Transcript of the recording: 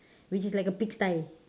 which is like a pig sty